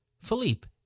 Philippe